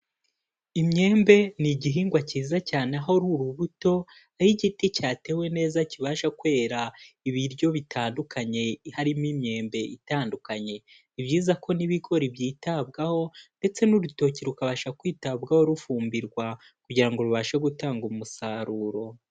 Imyembe ni igihingwa kiza cyane aho ari urubuto, aho igiti cyatewe neza kibasha kwera ibiryo bitandukanye harimo imyembe itandukanye, ni ibyiza ko n'ibigori byitabwaho ndetse n'urutoki rukabasha kwitabwaho rufumbirwa kugira ngo rubashe gutanga umusaruro.